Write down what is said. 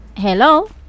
Hello